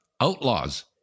Outlaws